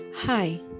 Hi